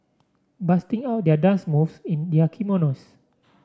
busting out their dance moves in their kimonos